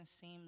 seem